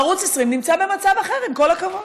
ערוץ 20 נמצא במקום אחר, עם כל הכבוד.